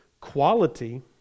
quality